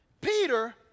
Peter